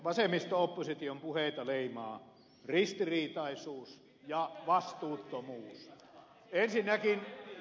vasemmisto opposition puheita leimaa ristiriitaisuus ja vastuuttomuus